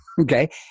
okay